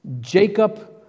Jacob